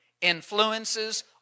influences